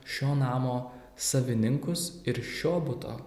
šio namo savininkus ir šio buto